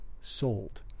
sold